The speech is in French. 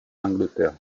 angleterre